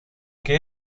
que